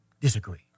disagree